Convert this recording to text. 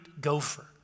gopher